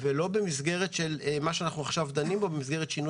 ולא במסגרת של שינוי 128 לחוק שאנחנו דנים בו עכשיו.